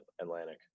Atlantic